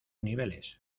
niveles